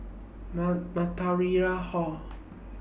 Hall